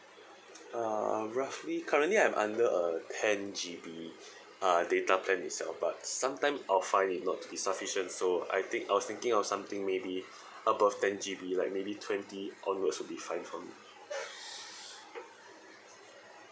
uh roughly currently I'm under a ten G_B uh data plan itself but sometimes uh five may not be sufficient so I think I was thinking of something maybe above ten G_B like maybe twenty onwards would be fine for me